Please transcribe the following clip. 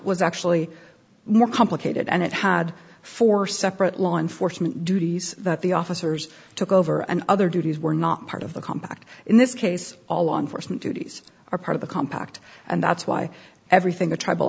was actually more complicated and it had four separate law enforcement duties that the officers took over and other duties were not part of the compact in this case all law enforcement duties are part of the compact and that's why everything the tribal